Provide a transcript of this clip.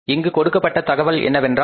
இங்கு கொடுக்கப்பட்ட தகவல் என்னவென்றால்